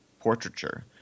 portraiture